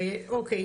הרי אוקיי,